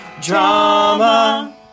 drama